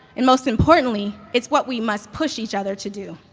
and most importantly, it's what we must push each other to do.